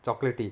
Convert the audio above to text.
chocolatey